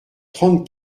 trente